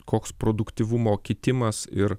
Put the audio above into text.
koks produktyvumo kitimas ir